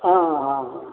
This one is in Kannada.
ಹಾಂ ಹಾಂ ಹಾಂ